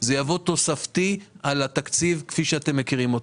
יבוא תוספתי על התקציב כפי שאתם מכירים אותו.